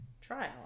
trial